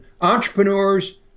Entrepreneurs